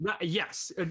yes